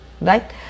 right